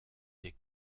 des